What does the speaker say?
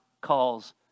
calls